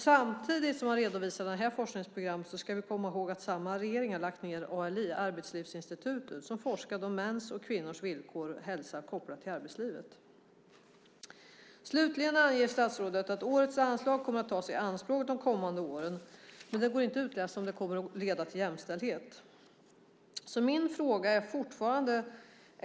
Samtidigt som man redovisar det här forskningsprogrammet ska vi komma ihåg att samma regering har lagt ned ALI, Arbetslivsinstitutet, som forskade om mäns och kvinnors villkor och hälsa kopplat till arbetslivet. Slutligen anger statsrådet att årets anslag kommer att tas i anspråk de kommande åren. Men det går inte att utläsa om det kommer att leda till jämställdhet. Min fråga kvarstår.